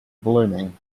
blooming